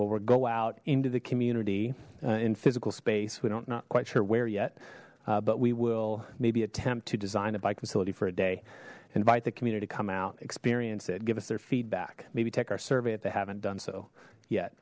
we're go out into the community in physical space we don't not quite sure where yet but we will maybe attempt to design a bike facility for a day invite the community to come out experience it give us their feedback maybe take our survey that they haven't done so